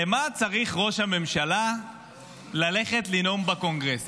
למה צריך ראש הממשלה ללכת לנאום בקונגרס?